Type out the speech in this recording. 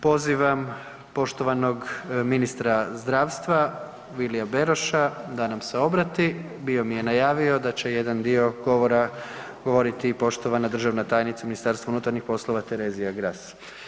Pozivam poštovanog ministra zdravstva Vilija Beroša da nam se obrati, bio mi je najavio da će jedan dio govora govoriti i poštovana državna tajnica u MUP-u Terezija Gras.